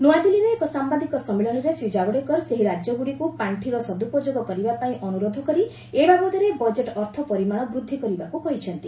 ନୂଆଦିଲ୍ଲୀରେ ଏକ ସାମ୍ଭାଦିକ ସମ୍ମିଳନୀରେ ଶ୍ରୀ କାଭଡେକର ସେହି ରାଜ୍ୟଗୁଡ଼ିକୁ ପାର୍ଷିର ସଦୁପଯୋଗ କରିବା ପାଇଁ ଅନୁରୋଧ କରି ଏ ବାବଦରେ ବଜେଟ୍ ଅର୍ଥ ପରିମାଣ ବୃଦ୍ଧି କରିବାକୁ କହିଛନ୍ତି